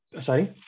Sorry